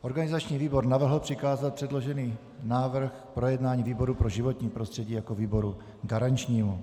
Organizační výbor navrhl přikázat předložený návrh k projednání výboru pro životní prostředí jako výboru garančnímu.